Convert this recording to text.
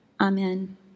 amen